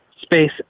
space